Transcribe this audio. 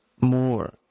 more